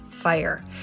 fire